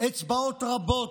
אצבעות רבות,